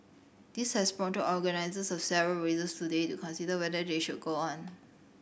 this has prompted organisers of several races today to consider whether they should go on